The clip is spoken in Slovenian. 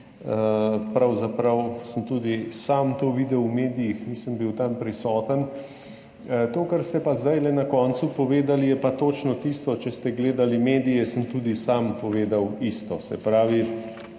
Pravzaprav sem tudi sam to videl v medijih, nisem bil tam prisoten. To, kar ste zdajle na koncu povedali, je pa točno tisto, če ste gledali medije, sem tudi sam povedal isto ali